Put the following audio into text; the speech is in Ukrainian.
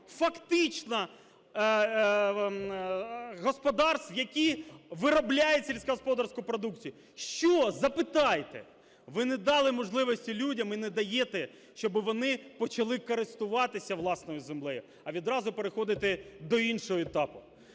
фактично господарств, які виробляють сільськогосподарську продукцію? Що – запитайте? Ви не дали можливості людям і не даєте, щоб вони почали користуватися власною землею, а відразу переходити до іншого етапу.